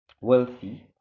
wealthy